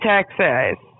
Texas